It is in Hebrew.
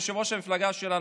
יושב-ראש המפלגה שלי,